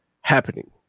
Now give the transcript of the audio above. happening